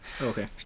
Okay